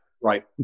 Right